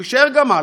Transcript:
הוא יישאר גמל,